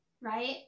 right